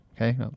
okay